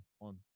on